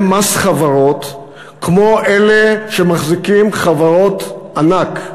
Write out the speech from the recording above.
מס חברות כמו אלה שמחזיקים חברות ענק,